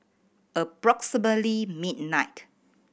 approximately midnight